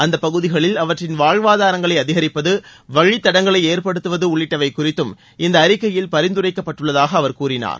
அந்த பகுதிகளில் அவற்றின் வாழ்வாதாரங்களை அதிகிப்பது வழித் தடங்களை ஏற்படுத்துவது உள்ளிட்டவை குறித்தும் இந்த அறிக்கையில் பரிநதரைக்கப்பட்டுள்ளதாக அவர் கூறினார்